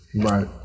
Right